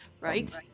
right